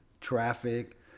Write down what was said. traffic